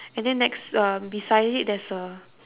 and then next um beside it there's a